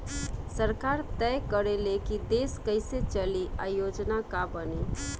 सरकार तय करे ले की देश कइसे चली आ योजना का बनी